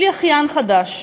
יש לי אחיין חדש,